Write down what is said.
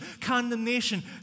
condemnation